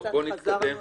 אני חושבת שחזרנו